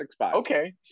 Okay